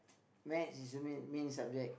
maths is a main main subject